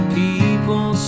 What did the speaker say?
people